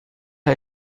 are